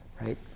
right